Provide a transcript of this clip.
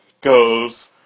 goes